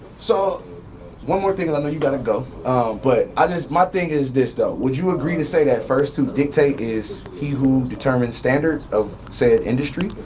so one more thing cause i know you gotta go but um my thing is this though, would you agree to say that first to dictate is he who determines standard of said industry?